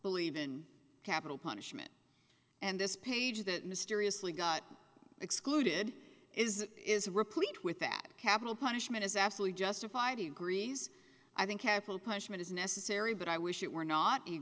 believe in capital punishment and this page that mysteriously got excluded is is replete with that capital punishment is absolutely justified griese i think capital punishment is necessary but i wish it were not in